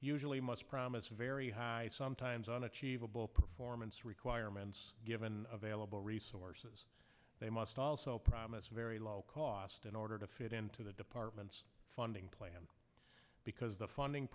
usually must promise very high sometimes unachievable performance requirements given available resources they must also promise very low cost in order to fit into the department's funding plan because the funding